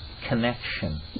connection